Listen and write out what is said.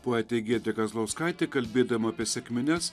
poetė giedrė kazlauskaitė kalbėdama apie sekmines